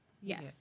Yes